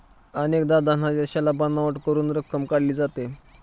अनेकदा धनादेशाला बनावट करून रक्कम काढली जाते